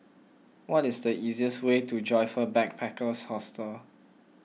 what is the easiest way to Joyfor Backpackers Hostel